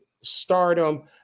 Stardom